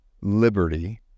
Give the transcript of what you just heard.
liberty